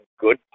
good